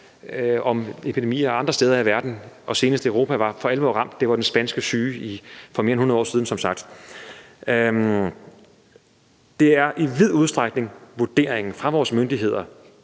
om epidemier andre steder i verden, og senest Europa for alvor var ramt, var med den spanske syge for som sagt mere end 100 år siden. Det er i vid udstrækning vurderingen fra vores myndigheders